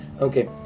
okay